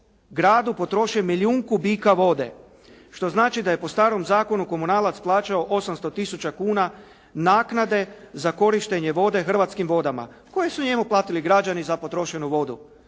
gradu potroše milijun kubika vode što znači da je po starom zakonu komunalac plaćao 800 tisuća kuna naknade za korištenje vode Hrvatskim vodama koju su njemu platili građani za potrošenu vodu.